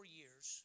years